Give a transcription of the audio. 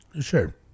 Sure